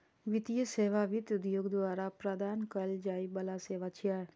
वित्तीय सेवा वित्त उद्योग द्वारा प्रदान कैल जाइ बला सेवा छियै